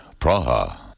Praha. (